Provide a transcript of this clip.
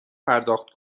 پرداخت